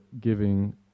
giving